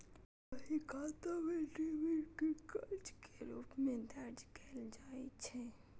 बही खाता मे डेबिट कें कर्ज के रूप मे दर्ज कैल जाइ छै